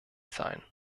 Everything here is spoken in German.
sein